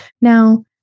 Now